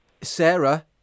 Sarah